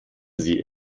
sie